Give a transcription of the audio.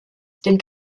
den